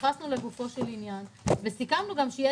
התייחסנו לגופו של עניין וסיכמנו גם שיהיה